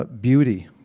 beauty